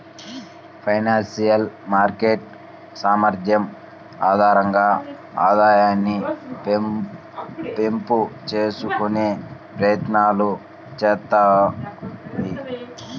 financial market సామర్థ్యం ఆధారంగా ఆదాయాన్ని పెంపు చేసుకునే ప్రయత్నాలు చేత్తాయి